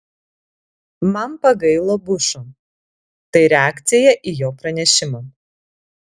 man pagailo bušo tai reakcija į jo pranešimą